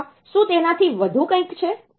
અથવા શું તેનાથી વધુ કંઈક છે